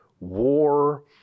war